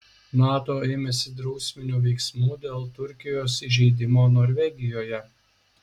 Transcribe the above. nato ėmėsi drausminių veiksmų dėl turkijos įžeidimo norvegijoje